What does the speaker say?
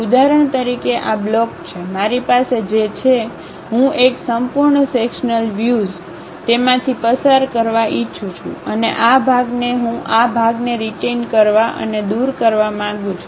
ઉદાહરણ તરીકે આ બ્લોક છે મારી પાસે જે છે હું એક સંપૂર્ણ સેક્શન્લ વ્યુઝ તેમાંથી પસાર કરવા ઇચ્છું છું અને આ ભાગને હું આ ભાગને રિટેઈન કરવા અને દૂર કરવા માંગુ છું